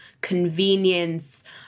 convenience